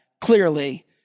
clearly